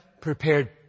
prepared